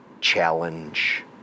challenge